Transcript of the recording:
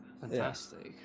fantastic